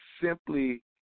simply